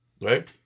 right